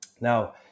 Now